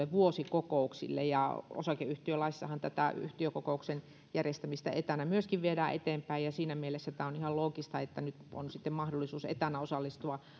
vuosikokouksille osakeyhtiölaissahan tätä yhtiökokouksen järjestämistä etänä myöskin viedään eteenpäin ja siinä mielessä tämä on ihan loogista että nyt on sitten mahdollisuus osallistua